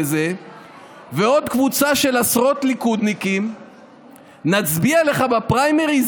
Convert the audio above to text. ועוד קבוצה של עשרות ליכודניקים נצביע לך בפריימריז